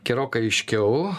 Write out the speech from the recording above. gerokai aiškiau